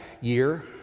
year